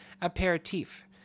aperitif